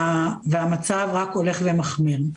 והמצב רק הולך ומחמיר.